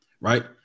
right